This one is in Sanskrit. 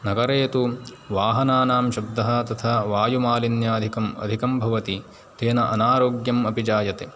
नगरे तु वाहनानां शब्दः तथा वायुमालिन्यादिकम् अधिकं भवति तेन अनारोग्यम् अपि जायते